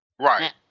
Right